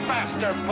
Faster